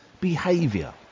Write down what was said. behaviour